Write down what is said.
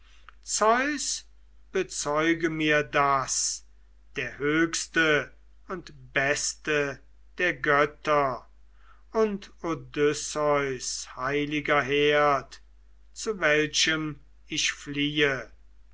bezeuge mir das der höchste und beste der götter und odysseus heiliger herd zu welchem ich fliehe